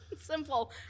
Simple